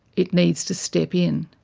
it needs to step in.